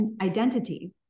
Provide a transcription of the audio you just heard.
identity